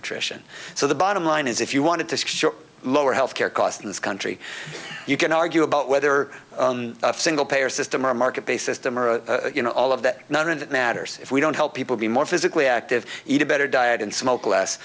nutrition so the bottom line is if you wanted to lower health care costs in this country you can argue about whether a single payer system or a market based system or you know all of that none of it matters if we don't help people be more physically active eat a better diet and smoke less